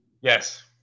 Yes